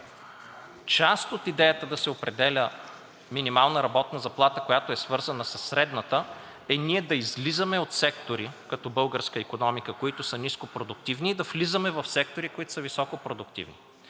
част от идеята да се определя минимална работна заплата, която е свързана със средната, е ние да излизаме от сектори като българска икономика, които са нископродуктивни, и да влизаме в сектори, които са високо-продуктивни,